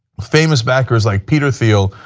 famous backers like peter thiel,